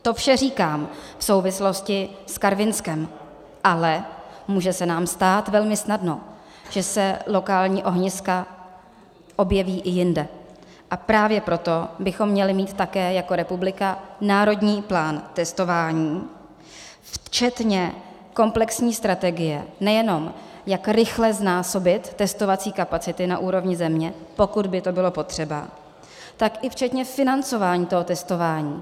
To vše říkám v souvislosti s Karvinskem, ale může se nám stát velmi snadno, že se lokální ohniska objeví i jinde, a právě proto bychom měli mít také jako republika národní plán testování včetně komplexní strategie, nejenom jak rychle znásobit testovací kapacity na úrovni země, pokud by to bylo potřeba, tak i včetně financování toho testování.